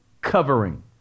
covering